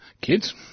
kids